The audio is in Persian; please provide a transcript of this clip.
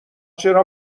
چرا